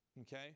Okay